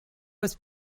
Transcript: was